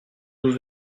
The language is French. nous